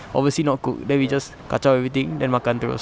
obviously not cooked then we just kacau everything then makan terus